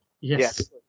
yes